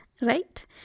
right